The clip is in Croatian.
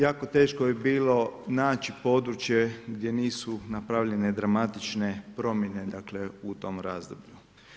Jako teško je bilo naći područje gdje nisu napravljene dramatične promjene u tom razdoblju.